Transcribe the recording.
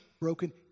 broken